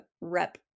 rep